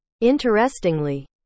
Interestingly